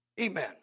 Amen